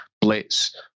blitz